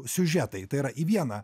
siužetai tai yra į vieną